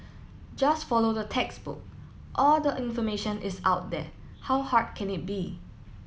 just follow the textbook all the information is out there how hard can it be